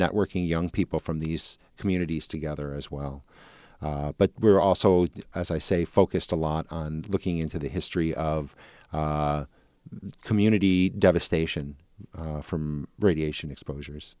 networking young people from these communities together as well but we're also as i say focused a lot on looking into the history of community devastation from radiation exposure